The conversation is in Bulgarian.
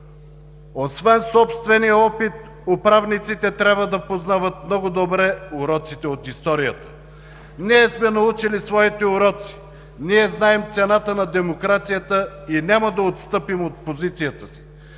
Освен собствения опит, управниците трябва да познават много добре уроците от историята. Ние сме научили своите уроци, ние знаем цената на демокрацията и няма да отстъпим от позицията си!